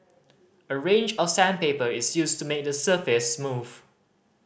a range of sandpaper is used to make the surface smooth